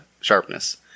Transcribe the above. sharpness